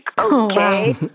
okay